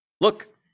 Look